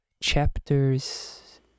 chapters